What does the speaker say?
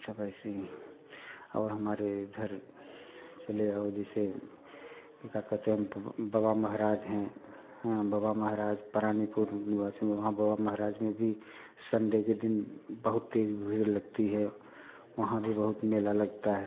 सब ऐसे ही और हमारे इधर चले आओ जैसे क्या कहते हैं बाबा महाराज हैं हाँ बाबा महाराज प्राणीपुर निवासी वहाँ बाबा महाराज में भी संडे के दिन बहुत तेज़ भीड़ लगती है वहाँ भी बहुत मेला लगता है